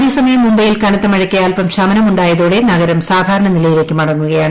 അതേസമയം മുംബൈയിൽ കനത്ത മഴയ്ക്ക് അല്പം ശമനമുണ്ടായതോടെ നഗരം സാധാരണ നിലയിലേക്ക് മടങ്ങുകയാണ്